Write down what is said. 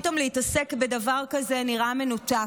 פתאום להתעסק בדבר כזה נראה מנותק,